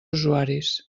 usuaris